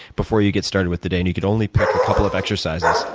before you get started with the day and you could only pick a couple of exercises.